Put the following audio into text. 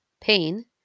Pain